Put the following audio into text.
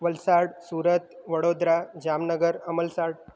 Valsad Surat Vadodara Jamnagar Amalsad